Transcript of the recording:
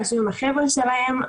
יושבים עם החבר'ה שלהם,